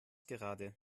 gerade